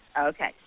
Okay